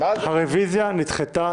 הרביזיה נדחתה.